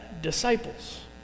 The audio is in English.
disciples